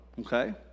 Okay